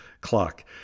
clock